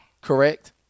Correct